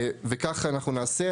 וכך אנחנו נעשה.